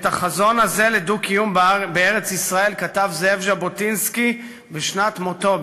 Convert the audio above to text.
את החזון הזה לדו-קיום בארץ-ישראל כתב זאב ז'בוטינסקי בשנת מותו,